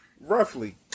Roughly